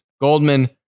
Goldman